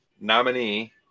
nominee